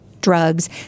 drugs